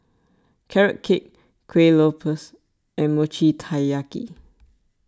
Carrot Cake Kueh Lopes and Mochi Taiyaki